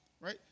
right